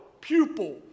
pupil